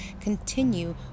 continue